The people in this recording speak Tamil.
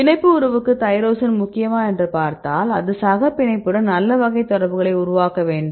பிணைப்பு உறவுக்கு தைரோசின் முக்கியமா என்று பார்த்தால் அது சகப்பிணைப்புடன் நல்ல வகை தொடர்புகளை உருவாக்க வேண்டும்